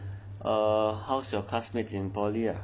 err how's your classmates in poly ah